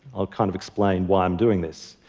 i'll kind of explain why i'm doing this.